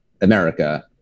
america